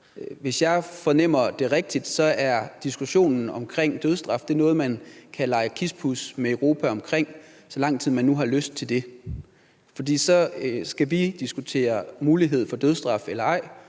Hvis jeg fornemmer det rigtigt, er diskussionen om dødsstraf noget, man kan lege kispus med Europa om, så lang tid man nu har lyst til det. For så skal vi diskutere mulighed for dødsstraf eller ej,